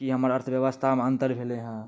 की हमर अर्थव्यवस्थामे अन्तर भेलै हेँ